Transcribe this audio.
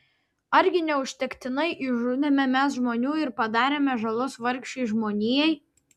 argi neužtektinai išžudėme mes žmonių ir padarėme žalos vargšei žmonijai